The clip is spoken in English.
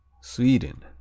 Sweden